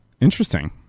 Interesting